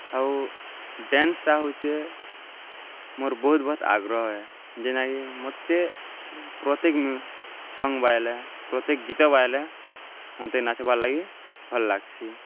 ଆଉ ଡ୍ୟାନ୍ସ୍ଟା ହଉଚେ ମୋର୍ ବହୁତ୍ ବହୁତ୍ ଆଗ୍ରହ ଏ ଜେନ୍ଟାକି ମତେ ପ୍ରତ୍ୟେକ୍ ସଙ୍ଗ୍ ବାଜ୍ଲେ ପ୍ରତ୍ୟେକ୍ ଗୀତ୍ ବାଜ୍ଲେ ମତେ ନାଚ୍ବାର୍ ଲାଗି ଭଲ୍ ଲାଗ୍ସି